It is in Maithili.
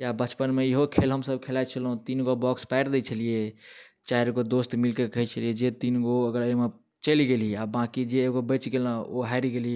या बचपनमे इहो खेल हमसब खेलै छेलहुँ तीनगो बॉक्स पाड़ि दै छलिए चारिगो दोस्त मिलिके कहै छलिए जे तीनगो अगर एहिमे चलि गेलही आओर बाँकी जे एगो बचि गेलौ ओ हारि गेल